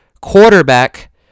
quarterback